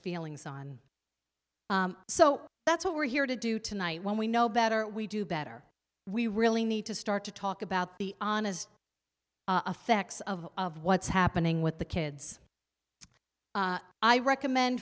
feelings on so that's what we're here to do tonight when we know better we do better we really need to start to talk about the honest affects of of what's happening with the kids i recommend